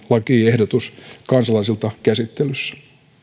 lakiehdotus kansalaisilta tänään käsittelyssä